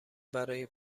برای